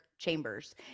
Chambers